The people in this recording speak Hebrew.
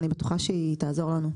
אני בטוחה שהיא תעזור לנו.